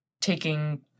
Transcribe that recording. Taking